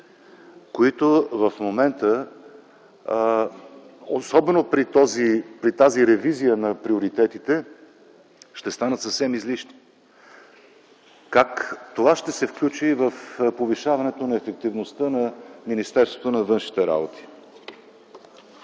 които в момента, особено при тази ревизия на приоритетите, ще станат съвсем излишни? Как това ще се включи в повишаването на ефективността на Министерството на външните работи.